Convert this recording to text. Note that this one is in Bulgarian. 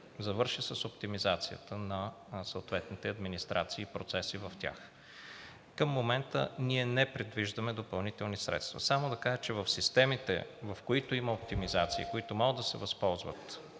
завърши с оптимизацията на съответните администрации и процеси в тях. Към момента ние не предвиждаме допълнителни средства. Само да кажа, че в системите, в които има оптимизация и които могат да се възползват